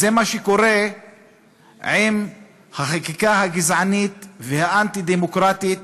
זה מה שקורה עם החקיקה הגזענית והאנטי-דמוקרטית.